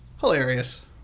hilarious